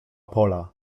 pola